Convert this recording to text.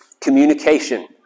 Communication